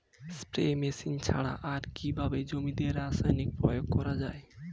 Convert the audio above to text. Spray machine ছাড়া আর কিভাবে জমিতে রাসায়নিক প্রয়োগ করা যায়?